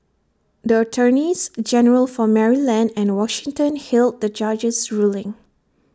the attorneys general for Maryland and Washington hailed the judge's ruling